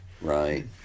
Right